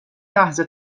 لحظه